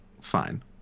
Fine